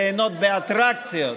ליהנות באטרקציות,